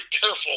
careful